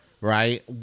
right